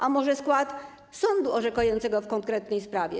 A może skład sądu orzekającego w konkretnej sprawie?